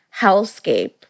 hellscape